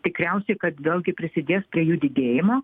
tikriausiai kad vėlgi prisidės prie jų didėjimo